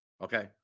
okay